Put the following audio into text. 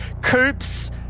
Coops